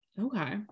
okay